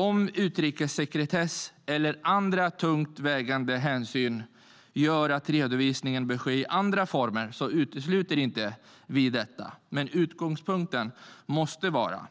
Om utrikessekretess eller andra tungt vägande hänsyn gör att redovisningen bör ske i andra former utesluter vi inte detta, men utgångspunkten måste vara